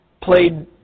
played